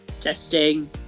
Testing